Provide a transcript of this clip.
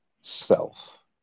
self